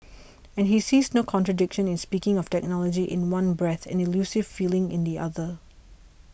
and he sees no contradiction in speaking of technology in one breath and elusive feelings in the other